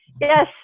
Yes